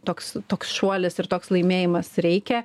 toks toks šuolis ir toks laimėjimas reikia